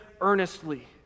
earnestly